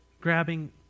grabbing